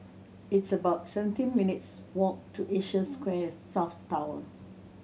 it's about seventeen minutes' walk to Asia Square South Tower